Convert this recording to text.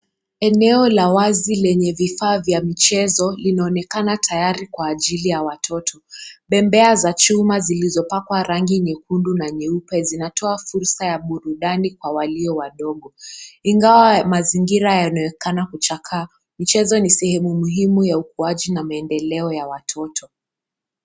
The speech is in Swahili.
Eneo la wazi lenye vifaa vya mchezo linaonekana tayari kwa ajili ya watoto bembea za chuma zilizopawaka rangi nyekundu na nyeupe zinatoa fursa ya burudani kwa walio wadogo ingawa mazingira yanaonekana kuchakaa, michezo ni sehemu muhimu ya ukuwaji na maendeleo yao ya watoto.